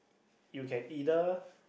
you can either